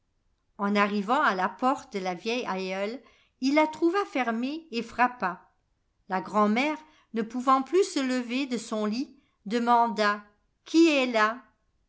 en arrivant à la pofte de la vieille aïeule il la trouva fermée et frappa la grand'mère ne pouvant plus se lever de son lit demanda qui est là